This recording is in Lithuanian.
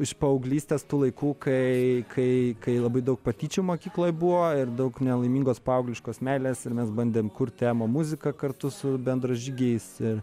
iš paauglystės tų laikų kai kai kai labai daug patyčių mokykloj buvo ir daug nelaimingos paaugliškos meilės ir mes bandėm kurti emo muziką kartu su bendražygiais ir